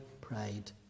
pride